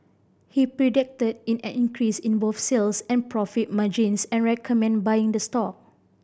he predicted in an increase in both sales and profit margins and recommended buying the stock